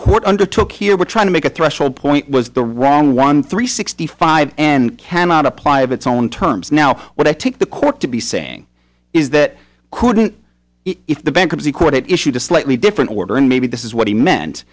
court undertook here to try to make a threshold point was the wrong one three sixty five and cannot apply its own terms now what i think the court to be saying is that couldn't if the bankruptcy court issued a slightly different order and maybe this is what he meant